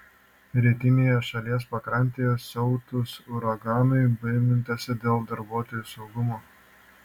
rytinėje šalies pakrantėje siautus uraganui baimintasi dėl darbuotojų saugumo